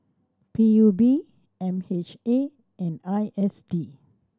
P U B M H A and I S D